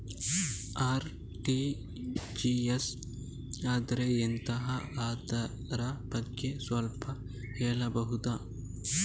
RTGS ಅಂದ್ರೆ ಎಂತ ಅದರ ಬಗ್ಗೆ ಸ್ವಲ್ಪ ಹೇಳಬಹುದ?